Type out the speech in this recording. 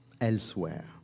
elsewhere